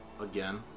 again